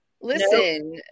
Listen